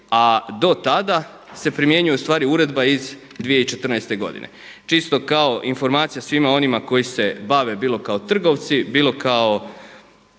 a do tada se primjenjuje u stvari uredba iz 2014. godine. Čisto kao informacija svima onima koji se bave bilo kao trgovci, bilo kao